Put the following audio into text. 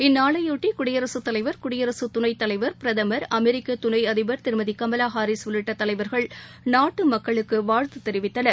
இந்நாளைபொட்டி குடியரசுத் தலைவர் குடியரசுத் துணைத்தலைவர் பிரதமர் அமெரிக்கதுணைஅதிபர் திருமதிகமலாஹாரீஸ் உள்ளிட்டதலைவர்கள் நாட்டுமக்களுக்குவாழ்த்ததெரிவித்துள்ளனர்